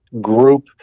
group